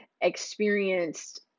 experienced